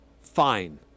fine